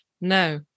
No